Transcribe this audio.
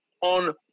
on